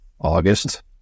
August